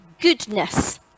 goodness